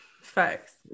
Facts